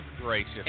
gracious